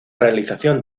realización